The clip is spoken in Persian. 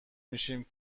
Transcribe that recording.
میشیم